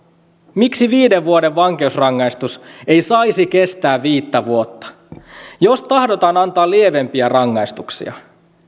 miksi viiden vuoden vankeusrangaistus ei saisi kestää viittä vuotta jos tahdotaan antaa lievempiä rangaistuksia